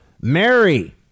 Mary